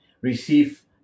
receive